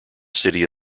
city